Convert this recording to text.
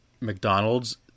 mcdonald's